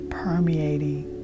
permeating